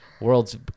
world's